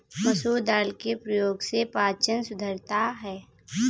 मसूर दाल के प्रयोग से पाचन सुधरता है